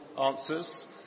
answers